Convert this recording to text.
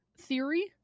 theory